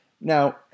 Now